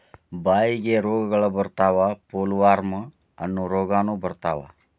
ಬಾಯಿಗೆ ರೋಗಗಳ ಬರತಾವ ಪೋಲವಾರ್ಮ ಅನ್ನು ರೋಗಾನು ಬರತಾವ